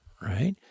right